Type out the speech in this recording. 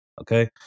Okay